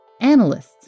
Analysts